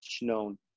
known